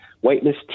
Whiteness